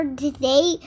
today